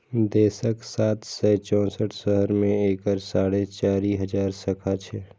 देशक सात सय चौंसठ शहर मे एकर साढ़े चारि हजार शाखा छै